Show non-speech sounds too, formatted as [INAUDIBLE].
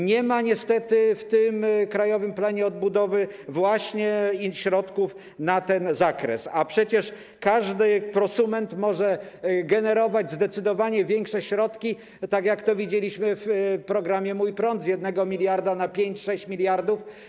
Nie ma niestety w krajowym planie odbudowy środków w tym zakresie, a przecież każdy prosument może generować zdecydowanie większe środki, [NOISE] tak jak to widzieliśmy w programie „Mój prąd”, z 1 mld na 5, 6 mld.